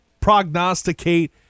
prognosticate